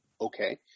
Okay